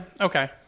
Okay